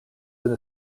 been